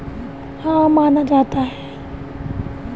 जोखिम मुक्त दर को सभी भुगतान दायित्वों को पूरा करने के लिए माना जाता है